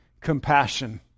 compassion